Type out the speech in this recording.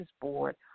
board